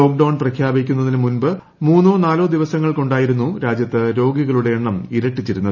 lockdown പ്രഖ്യാപിക്കുന്നതിന് മുമ്പ് മൂന്നോ നാലോ ദിവസങ്ങൾ കൊണ്ടായിരുന്നു രാജ്യത്ത് രോഗികളുടെ എണ്ണം ഇരട്ടിച്ചിരുന്നത്